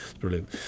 brilliant